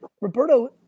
Roberto